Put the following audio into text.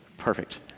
perfect